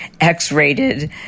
X-rated